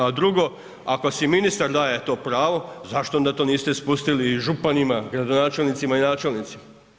A drugo, ako si ministar daje to pravo zašto onda to niste spustili i županima, gradonačelnicima i načelnicima?